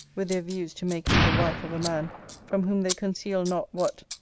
with their views to make me the wife of a man from whom they conceal not what,